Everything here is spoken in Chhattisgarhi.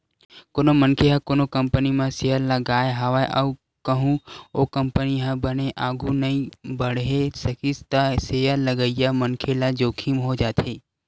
कोनो मनखे ह कोनो कंपनी म सेयर लगाय हवय अउ कहूँ ओ कंपनी ह बने आघु नइ बड़हे सकिस त सेयर लगइया मनखे ल जोखिम हो जाथे